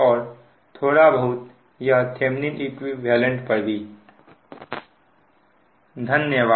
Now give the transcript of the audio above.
और थोड़ा बहुत यह थेभनींन इक्विवेलेंट पर भी है